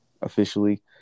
Officially